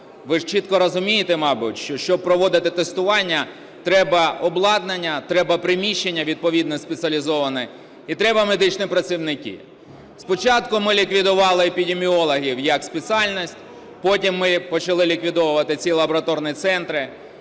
ви ж чітко розумієте, мабуть, щоб проводити щоб проводити тестування, треба обладнання, треба приміщення відповідне спеціалізоване і треба медичні працівники. Спочатку ми ліквідували епідеміологів як спеціальність, потім ми почали ліквідовувати ці лабораторні центри